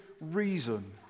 reason